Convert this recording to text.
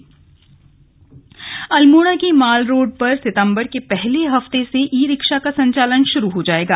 ई rickshaw Almora Almora की mall road पर सितम्बर के पहले हफ्ते से ई रिक्शा का संचालन शुरू हो जाएगा